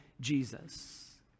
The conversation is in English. Jesus